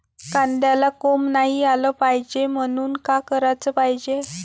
कांद्याला कोंब नाई आलं पायजे म्हनून का कराच पायजे?